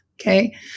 okay